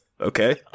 okay